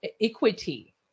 equity